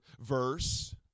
verse